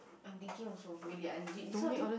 I'm thinking also really I legit this kind of thing